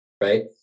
right